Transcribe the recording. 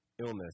illness